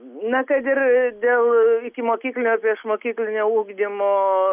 na kad ir dėl ikimokyklinio ar priešmokyklinio ugdymo